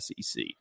SEC